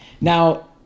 Now